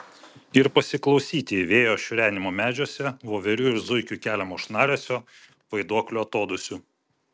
ir pasiklausyti vėjo šiurenimo medžiuose voverių ir zuikių keliamo šnaresio vaiduoklių atodūsių